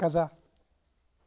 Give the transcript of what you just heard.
খাজা